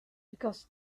because